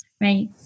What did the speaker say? right